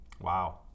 Wow